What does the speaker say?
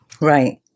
Right